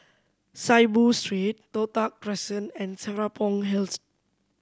Saiboo Street Toh Tuck Crescent and Serapong Hill Road